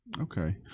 okay